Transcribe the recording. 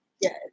Yes